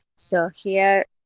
so here,